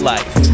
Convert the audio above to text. Life